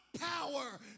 power